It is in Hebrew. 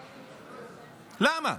למה?